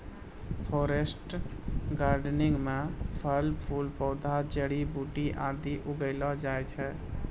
forest gardening म फल फूल पौधा जड़ी बूटी आदि उगैलो जाय छै